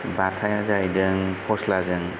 बाथाया जाहैदों फस्लाजों